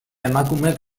emakumek